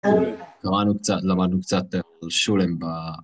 קראנו קצת, למדנו קצת על שולם ב...